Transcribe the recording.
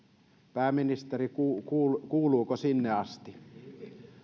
pääministeri kuuluuko sinne asti